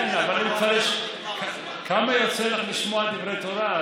כן, אבל כמה יוצא לך לשמוע את דברי התורה?